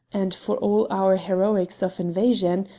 and for all our heroics of invasion,